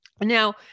Now